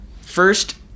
first